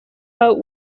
out